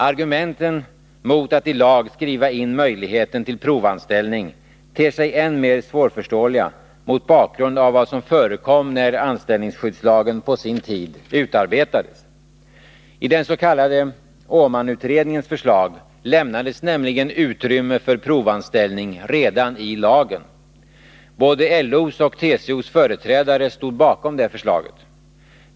Argumenten mot att i lag skriva in möjligheten till provanställning ter sig än mer svårförståeliga mot bakgrund av vad som förekom när anställningsskyddslagen på sin tid utarbetades. I den s.k. Åmanutredningens förslag lämnades nämligen utrymme för provanställning redan i lagen. Både LO:s och TCO:s företrädare stod bakom det förslaget.